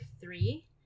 three